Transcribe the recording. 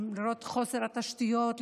למרות חוסר התשתיות,